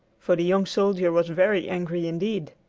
for the young soldier was very angry indeed.